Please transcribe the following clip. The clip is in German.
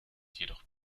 jedoch